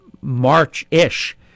March-ish